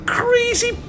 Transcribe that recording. crazy